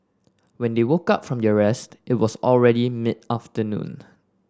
when they woke up from their rest it was already mid afternoon